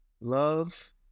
love